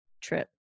trip